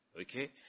Okay